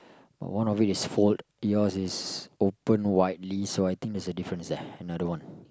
one of it is fold yours is opened widely so I think that's a difference there another one